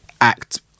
act